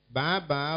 Baba